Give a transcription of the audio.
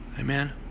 Amen